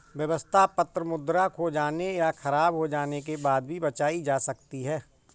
व्यवस्था पत्र मुद्रा खो जाने या ख़राब हो जाने के बाद भी बचाई जा सकती है